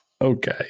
Okay